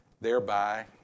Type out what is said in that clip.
thereby